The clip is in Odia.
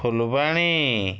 ଫୁଲବାଣୀ